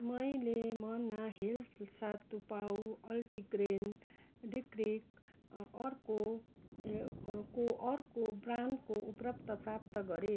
मैले मन्ना हेल्थ सातु पाउ multigrain drink अर्को ए को अर्को ब्रान्डको उत्पादन प्राप्त गरेँ